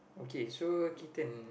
okay so kitten